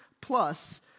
plus